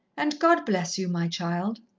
and god bless you, my child.